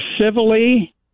civilly